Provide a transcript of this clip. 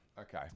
Okay